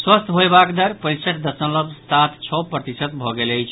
स्वस्थ होयबाक दर पैंसठि दशमलव सात छओ प्रतिशत भऽ गेल अछि